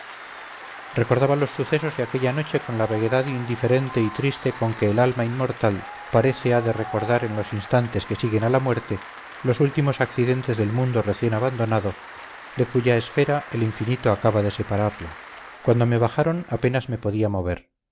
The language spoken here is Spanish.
recordaba los sucesos de aquella noche con la vaguedad indiferente y triste con que el alma inmortal parece ha de recordar en los instantes que siguen a la muerte los últimos accidentes del mundo recién abandonado de cuya esfera el infinito acaba de separarla cuando me bajaron apenas me podía mover